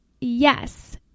yes